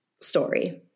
story